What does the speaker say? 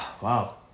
Wow